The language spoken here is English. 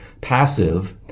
passive